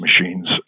machines